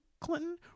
Clinton